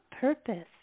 purpose